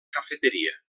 cafeteria